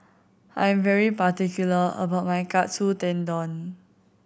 I am very particular about my Katsu Tendon